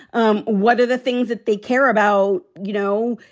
um what are the things that they care about, you know,